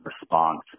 response